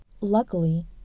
Luckily